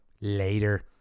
Later